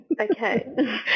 Okay